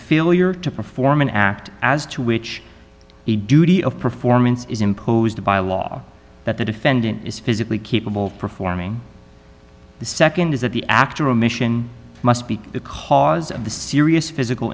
failure to perform an act as to which a duty of performance is imposed by a law that the defendant is physically capable of performing the nd is that the actual mission must be because of the serious physical